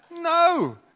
No